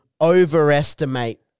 overestimate